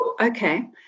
okay